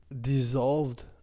dissolved